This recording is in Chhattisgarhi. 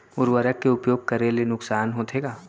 उर्वरक के उपयोग करे ले नुकसान होथे का?